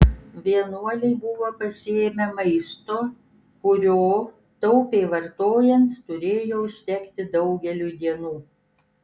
vienuoliai buvo pasiėmę maisto kurio taupiai vartojant turėjo užtekti daugeliui dienų